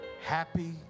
happy